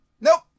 Nope